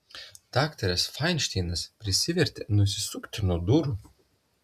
daktaras fainšteinas prisivertė nusisukti nuo durų